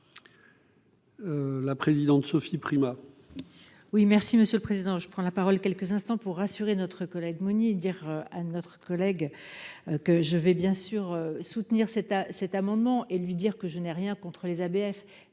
La présidente Sophie Primas.